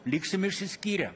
liksim išsiskyrę